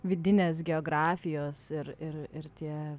vidinės geografijos ir ir ir tie